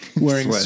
wearing